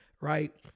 right